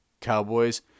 Cowboys